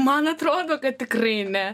man atrodo kad tikrai ne